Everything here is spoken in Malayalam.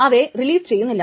അവയെ റിലീസ് ചെയ്യുന്നില്ല